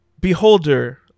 beholder